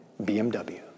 BMW